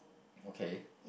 okay